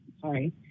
sorry